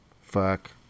Fuck